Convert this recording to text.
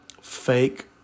fake